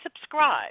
subscribe